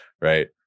right